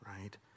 right